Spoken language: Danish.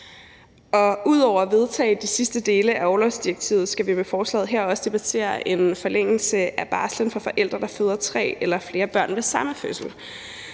Ud over at vedtage de sidste dele af orlovsdirektivet skal vi med forslaget her også debattere en forlængelse af barslen for forældre, der får tre eller flere børn ved samme fødsel.